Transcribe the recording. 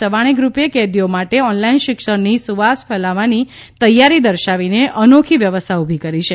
સવાણી ગ્રુપે કેદીઓ માટે ઓનલાઈન શિક્ષણની સુવાસ ફેલાવવાની તૈયારી દર્શાવીને અનોખી વ્યવસ્થા ઉભી કરી છે